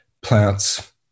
plants